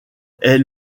est